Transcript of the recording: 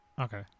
Okay